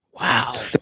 wow